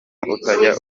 utajya